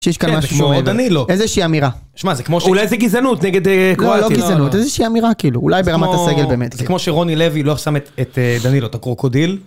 שיש כאן משהו שאומרים, איזה שהיא אמירה, אני לא. שמע זה.. אולי זה גזענות? נגד אה.. קרואטיה.לא.. לא גזענות, איזה שהיא אמירה כאילו.. אולי ברמת הסגל באמת. זה כמו שרוני לוי לא שם את אה.. את דנילו, את הקרוקודיל.